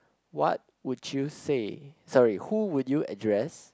what would you say sorry who would you address